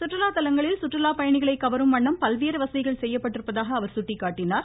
சுற்றுலா தலங்களில் சுற்றுலா பயணிகளை கவரும் வண்ணம் பல்வேறு வசதிகள் செய்யப்பட்டுள்ளதாக சுட்டிக்காட்டினார்